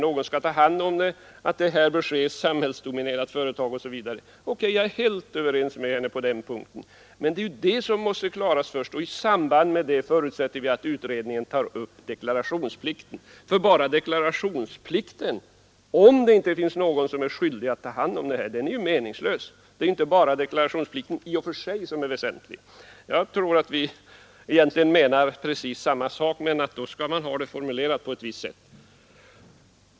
Någon skall ta hand om avfallet, det bör ske i ett samhällsdominerat företag osv. Jag är alltså helt överens med fru Theorin på den punkten. Men det är ju detta som måste klaras ut först, och vi förutsätter att utredningen i samband därmed tar upp deklarationsplikten, för deklarationsplikten är ju meningslös om det inte finns någon som är skyldig att ta hand om avfallet. Det är alltså inte bara deklarationsplikten i och för sig som är väsentlig. Jag tror att vi egentligen menar precis samma sak, men man skall också ha det formulerat på ett visst sätt.